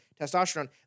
testosterone